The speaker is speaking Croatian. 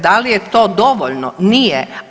Da li je to dovoljno, nije.